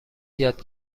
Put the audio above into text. یاد